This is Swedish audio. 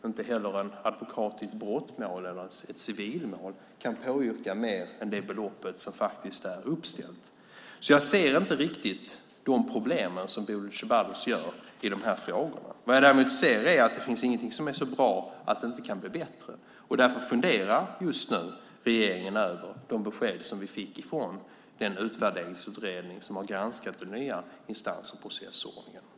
Inte heller en advokat i ett brottmål eller i ett civilmål kan yrka på mer än det belopp som är uppställt. Jag ser inte riktigt de problem som Bodil Ceballos ser i de här frågorna. Vad jag ser är att det inte finns något som är så bra att det inte kan bli bättre. Därför funderar regeringen just nu över de besked som vi fick från den utvärderingsutredning som har granskat den nya instans och processordningen.